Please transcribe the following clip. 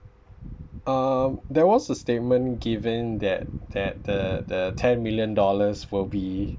uh there was a statement given that that the the ten million dollars will be